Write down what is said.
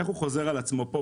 איך הוא חוזר על עצמו פה,